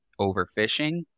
overfishing